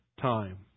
time